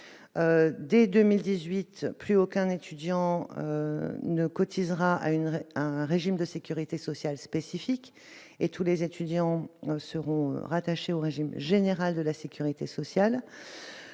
dès 2018, plus aucun étudiant ne cotisera à une à un régime de Sécurité sociale spécifique et tous les étudiants seront rattachés au régime général de la Sécurité sociale,